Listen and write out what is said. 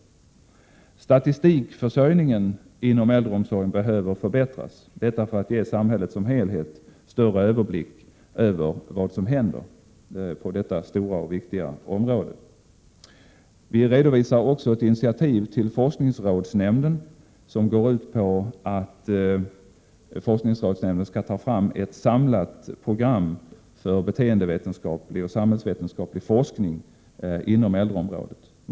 Statistikförsörjningen inom äldreomsorgen behöver förbättras, detta för att ge samhället som helhet större överblick över vad som händer på detta stora och viktiga område. Vi redovisar också ett initiativ till forskningsrådsnämnden som går ut på att forskningsrådsnämnden skall ta fram ett samlat program för beteendevetenskaplig och samhällsvetenskaplig forskning inom äldreområdet.